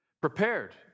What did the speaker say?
Prepared